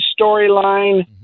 storyline